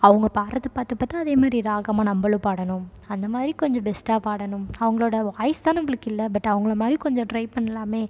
அவங்க பாடுறது பார்த்து பார்த்து அதே மாதிரி ராகமாக நம்மளும் பாடணும் அந்த மாதிரி கொஞ்சம் பெஸ்ட்டா பாடணும் அவங்களோட வாய்ஸ் தான் நம்மளுக்கு இல்லை பட் அவங்கள மாதிரி கொஞ்சம் ட்ரை பண்ணலாமே